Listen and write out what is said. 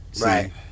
Right